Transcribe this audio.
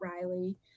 Riley